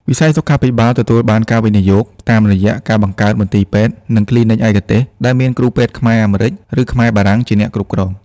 វិស័យសុខាភិបាលទទួលបានការវិនិយោគតាមរយៈការបង្កើតមន្ទីរពេទ្យ និងគ្លីនិកឯកទេស ដែលមានគ្រូពេទ្យខ្មែរ-អាមេរិក ឬខ្មែរ-បារាំង ជាអ្នកគ្រប់គ្រង។